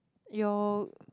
your